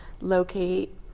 locate